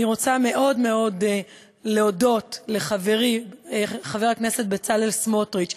אני רוצה מאוד מאוד להודות לחברי חבר הכנסת בצלאל סמוטריץ,